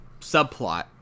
subplot